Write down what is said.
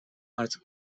artık